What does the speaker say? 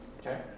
Okay